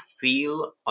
feel